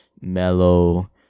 mellow